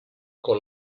con